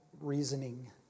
reasoning